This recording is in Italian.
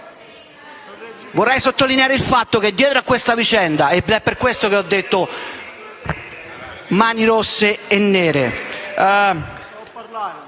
Vorrei sottolineare il fatto che, dietro a questa vicenda (è per questo che ho parlato di mani rosse e nere),